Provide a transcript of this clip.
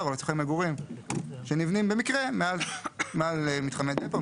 או לצרכי מגורים שנבנים במקרה מעל מתחמי דפו,